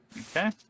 Okay